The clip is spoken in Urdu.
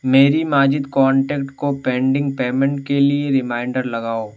میری ماجد کانٹیکٹ کو پینڈنگ پیمنٹ کے لیے ریمائنڈر لگاؤ